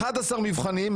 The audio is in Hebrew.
11 מבחנים,